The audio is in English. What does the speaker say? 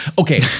Okay